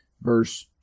verse